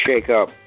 shake-up